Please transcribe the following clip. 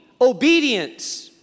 obedience